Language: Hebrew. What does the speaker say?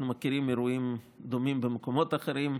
אנחנו מכירים אירועים דומים במקומות אחרים,